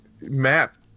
Matt